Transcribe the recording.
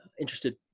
interested